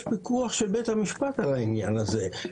פיקוח של בית המשפט על העניין הזה.